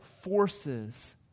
forces